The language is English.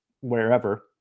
wherever